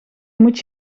moet